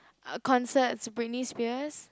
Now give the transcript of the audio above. uh concerts Britney Spears